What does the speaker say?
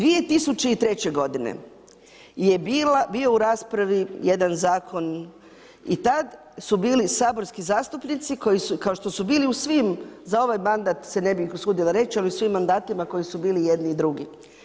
2003. godine je bio u raspravi jedan zakon i tad su bili saborski zastupnici kao štosu bili u svim za ovaj mandat se ne bih usudila reći, ali u svim mandatima koji su bili i jedni i drugi.